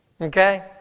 okay